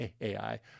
AI